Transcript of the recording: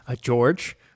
George